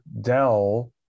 Dell